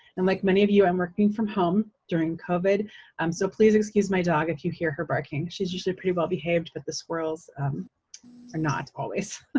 and like many of you i'm working from home during covid um so please excuse my dog if you hear her barking, she's usually pretty well behaved, but the squirrels are not always!